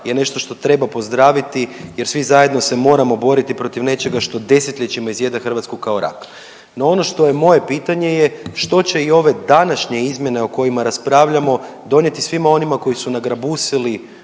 je nešto što treba pozdraviti jer svi zajedno se moramo boriti protiv nečega što desetljećima izjeda Hrvatsku kao rak. No ono što je moje pitanje je što će i ove današnje izmjene o kojima raspravljamo donijeti svima onima koji su nagrabusili